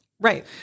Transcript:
Right